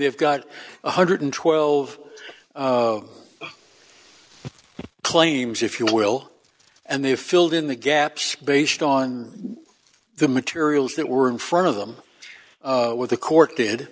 have got one hundred and twelve claims if you will and they filled in the gaps based on the materials that were in front of them with the court did